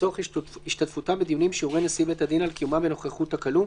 לצורך השתתפותם בדיונים שיורה נשיא בית הדין על קיומם בנוכחות הכלוא,